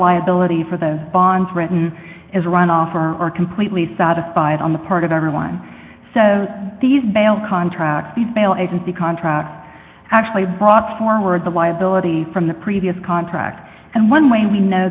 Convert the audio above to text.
liability for those bonds written is run off or are completely satisfied on the part of everyone so these bail contracts be bail as is the contract actually brought forward the liability from the previous contract and one way we know